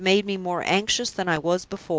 you have made me more anxious than i was before.